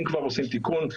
אם כבר עושים תיקון,